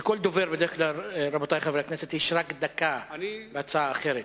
רבותי חברי הכנסת, לכל דובר יש רק דקה בהצעה אחרת.